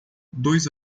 dois